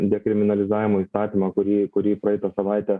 dekriminalizavimo įstatymą kurį kurį praeitą savaitę